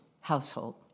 household